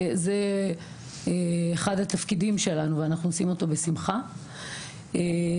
זה אחד התפקידים שלנו ואנחנו עושים אותו בשמחה והדבר